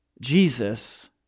Jesus